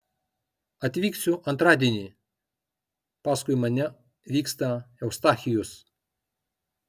atvyksiu antradienį paskui mane vyksta eustachijus